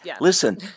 Listen